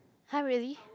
!huh! really